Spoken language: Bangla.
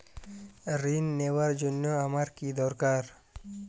ঋণ নেওয়ার জন্য আমার কী দরকার?